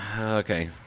Okay